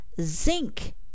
zinc